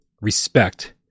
respect